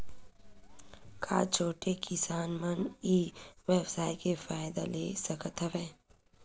का छोटे किसान मन ई व्यवसाय के फ़ायदा ले सकत हवय?